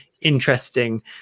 interesting